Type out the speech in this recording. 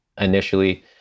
initially